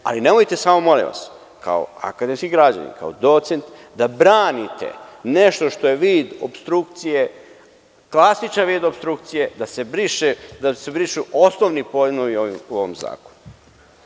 Ali, nemojte samo molim vas, kao akademski građanin, kao docent, da branite nešto što je vid opstrukcije, klasičan vid opstrukcije da se brišu osnovni pojmovi u ovom zakonu.